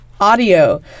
Audio